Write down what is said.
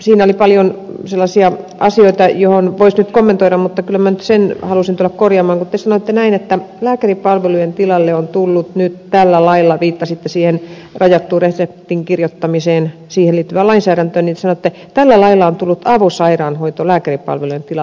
siinä oli paljon sellaisia asioita joita voisi nyt kommentoida mutta kyllä minä nyt sen halusin tulla korjaamaan kun te sanoitte näin että lääkäripalvelujen tilalle on tullut nyt tällä lailla viittasitte siihen rajattuun reseptin kirjoittamiseen siihen liittyvä lainsäädäntö niin se että tällä lailla liittyvään lainsäädäntöön avosairaanhoito lääkäripalvelujen tilalle